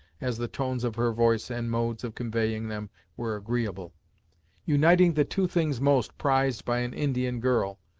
as the tones of her voice and modes of conveying them were agreeable uniting the two things most prized by an indian girl,